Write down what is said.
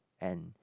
and